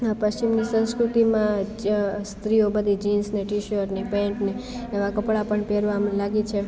પશ્ચિમની સંસ્કૃતિમાં જ સ્ત્રીઓ બધી જીન્સને ટી શર્ટ શર્ટને પેન્ટને એવા કપડા પણ પહેરવા લાગી છે